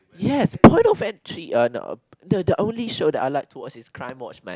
yes point of entry uh no the the only show that I like to watch is Crime Watch man